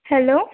hello